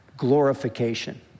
Glorification